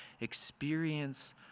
experience